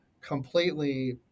completely